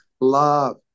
Love